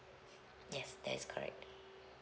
yes that is correct